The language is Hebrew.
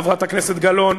חברת הכנסת גלאון,